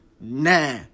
nah